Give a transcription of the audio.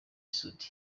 soudy